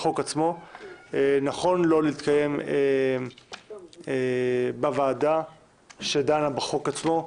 לדעתי נכון לו להתקיים בוועדה שדנה בחוק עצמו.